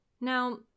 Now